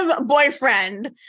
boyfriend